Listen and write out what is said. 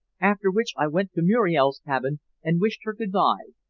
after which i went to muriel's cabin and wished her good-bye,